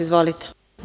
Izvolite.